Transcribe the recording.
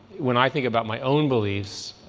when i think about my own beliefs,